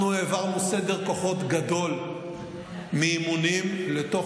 אנחנו העברנו סדר כוחות גדול מאימונים לתוך